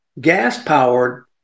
gas-powered